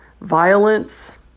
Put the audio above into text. violence